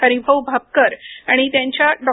हरीभाऊ भापकर आणि त्यांच्या डॉ